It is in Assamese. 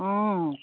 অঁ